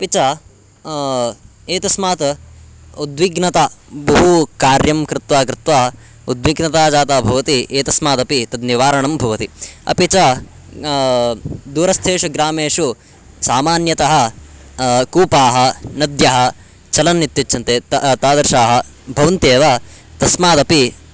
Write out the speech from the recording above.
अपि च एतस्मात् उद्विग्नता बहु कार्यं कृत्वा कृत्वा उद्विग्नता जाता भवति एतस्मादपि तद् निवारणं भवति अपि च दूरस्थेषु ग्रामेषु सामान्यतः कूपाः नद्यः चलन् इत्युच्यन्ते ता तादृशाः भवन्त्येव तस्मादपि